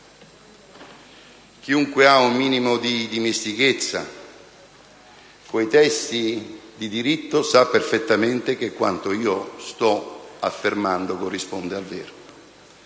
Chiunque ha un minimo di dimestichezza con i testi di diritto sa perfettamente che quanto sto affermando corrisponde al vero.